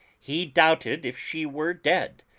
he doubted if she were dead,